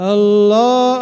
Allah